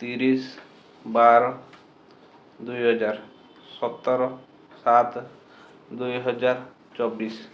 ତିରିଶି ବାର ଦୁଇ ହଜାର ସତର ସାତ ଦୁଇ ହଜାର ଚବିଶି